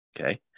Okay